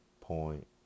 Point